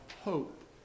hope